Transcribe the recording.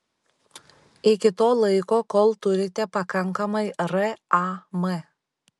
iki to laiko kol turite pakankamai ram